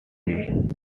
fee